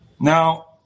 Now